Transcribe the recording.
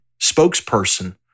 spokesperson